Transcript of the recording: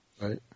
Right